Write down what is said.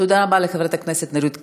תודה רבה לחברת הכנסת נורית קורן.